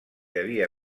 devia